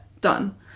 Done